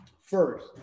first